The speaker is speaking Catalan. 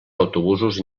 autobusos